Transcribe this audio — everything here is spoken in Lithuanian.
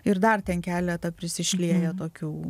ir dar ten keletą prisišlieję tokių